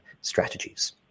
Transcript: strategies